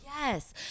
yes